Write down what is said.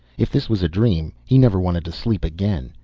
if this was a dream, he never wanted to sleep again.